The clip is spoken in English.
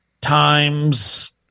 times